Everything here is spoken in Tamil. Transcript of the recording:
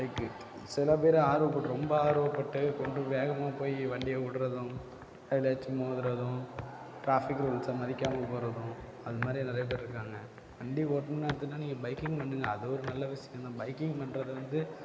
பைக்கு சிலப்பேர் ஆர்வப்பட்டு ரொம்ப ஆர்வப்பட்டு கொண்டு போய் வேகமாக போய் வண்டியை விடுறதும் எதுலேயாச்சும் மோதுவதும் டிராஃபிக் ரூல்ஸ மதிக்காமல் போகிறதும் அதுமாதிரி நிறையா பேர் இருக்காங்க வண்டி ஓட்டணும்னு எடுத்திங்கனா நீங்கள் பைக்கிங் பண்ணுங்க அது ஒரு நல்ல விஷயம் தான் பைக்கிங் பண்ணுறது வந்து